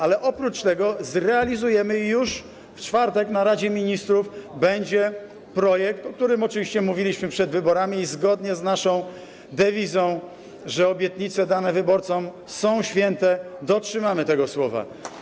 Ale oprócz tego zrealizujemy, już w czwartek na posiedzeniu Rady Ministrów będzie projekt, o którym oczywiście mówiliśmy przed wyborami, i zgodnie z naszą dewizą, że obietnice dane wyborcom są święte, dotrzymamy tego słowa.